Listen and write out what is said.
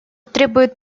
требует